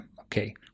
Okay